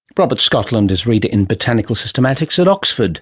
robert scotland is reader in botanical systematics at oxford